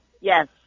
Yes